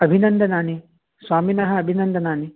अभिनन्दनानि स्वामिनः अभिनन्दनानि